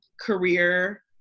career